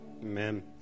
Amen